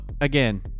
again